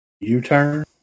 U-turn